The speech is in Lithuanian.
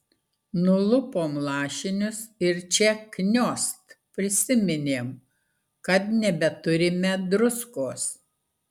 nulupom lašinius ir čia kniost prisiminėm kad nebeturime druskos